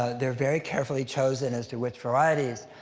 ah they're very carefully chosen as to which varieties,